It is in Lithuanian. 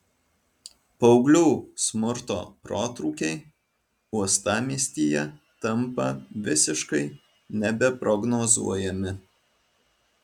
paauglių smurto protrūkiai uostamiestyje tampa visiškai nebeprognozuojami